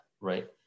right